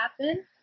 happen